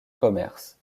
commerce